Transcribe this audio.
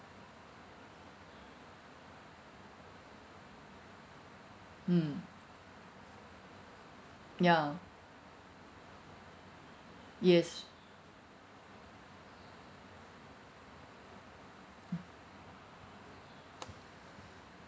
mm ya yes